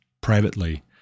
privately